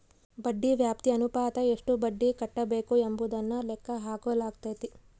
ಬಡ್ಡಿ ವ್ಯಾಪ್ತಿ ಅನುಪಾತ ಎಷ್ಟು ಬಡ್ಡಿ ಕಟ್ಟಬೇಕು ಎಂಬುದನ್ನು ಲೆಕ್ಕ ಹಾಕಲಾಗೈತಿ